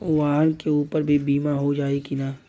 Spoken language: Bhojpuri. वाहन के ऊपर भी बीमा हो जाई की ना?